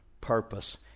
purpose